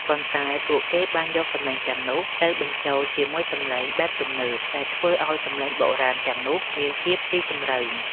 ប៉ុន្តែពួកគេបានយកសំឡេងទាំងនោះ ទៅបញ្ចូលជាមួយសំឡេងបែបទំនើប ដែលធ្វើឱ្យសំឡេងបុរាណទាំងនោះមានភាពស៊ីជម្រៅ។